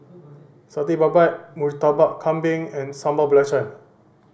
Satay Babat Murtabak Kambing and Sambal Belacan